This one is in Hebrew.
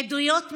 עדויות מזעזעות.